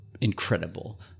incredible